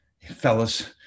Fellas